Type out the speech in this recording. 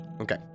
Okay